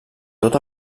tot